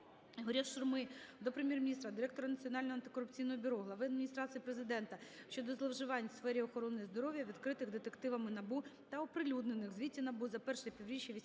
ІгоряШурми до Прем'єр-міністра, Директора Національного антикорупційного бюро, Глави Адміністрації Президента щодо зловживань в сфері охорони здоров'я, викритих детективами НАБУ та оприлюднених в Звіті НАБУ за I півріччя 2018